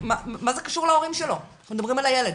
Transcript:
מה זה קשור להורים שלו, אנחנו מדברים על הילד.